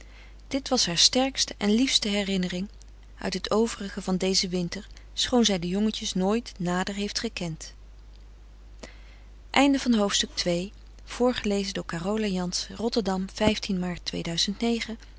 dit was haar sterkste en liefste herinnering uit t overige van dezen winter schoon zij de jongetjes nooit nader heeft gekend frederik van